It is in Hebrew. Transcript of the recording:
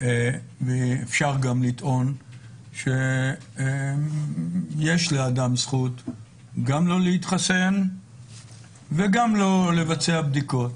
אפשר גם לטעון שיש לאדם זכות גם לא להתחסן וגם לא לבצע בדיקות,